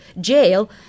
jail